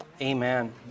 Amen